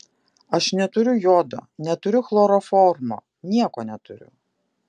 aš neturiu jodo neturiu chloroformo nieko neturiu